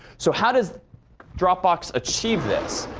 so how does dropbox achieve this?